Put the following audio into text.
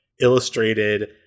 illustrated